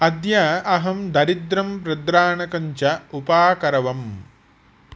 अद्य अहं दरिद्रं प्रद्राणकं च उपाकरवम्